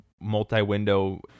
multi-window